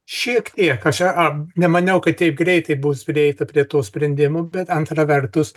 šiek tiek aš nemaniau kad teip greitai bus prieita prie to sprendimo bet antra vertus